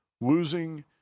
Losing